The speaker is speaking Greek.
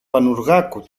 πανουργάκου